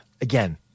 again